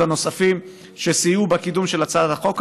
הנוספים שסייעו בקידום של הצעת החוק הזאת.